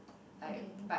okay